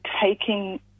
taking